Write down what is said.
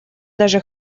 даже